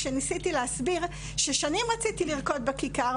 כשניסיתי להסביר ששנים רציתי לרקוד בכיכר,